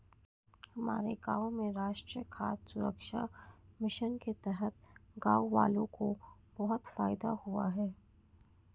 हमारे गांव में राष्ट्रीय खाद्य सुरक्षा मिशन के तहत गांववालों को बहुत फायदा हुआ है